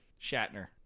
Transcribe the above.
Shatner